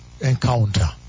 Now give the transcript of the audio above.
encounter